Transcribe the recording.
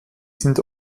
sind